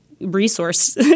resource